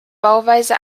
bauweise